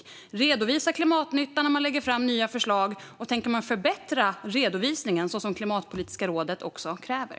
Tänker man redovisa klimatnyttan när man lägger fram nya förslag, och tänker man förbättra redovisningen, så som Klimatpolitiska rådet kräver?